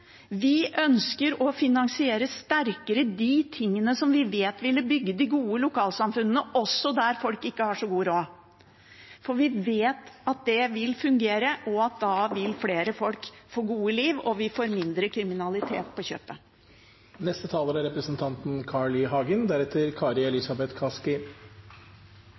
Vi ønsker å finansiere sterkere det vi vet vil bygge de gode lokalsamfunnene, også der folk ikke har så god råd. Vi vet at det vil fungere, at flere folk da vil få gode liv, og at vi får mindre kriminalitet på kjøpet. Jeg er enig med Karin Andersen i